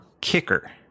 kicker